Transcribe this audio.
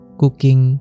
cooking